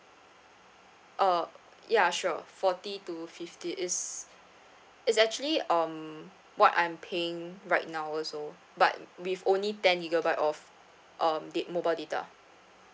uh ya sure forty to fifty is is actually um what I'm paying right now also but with only ten gigabyte of um dat~ mobile data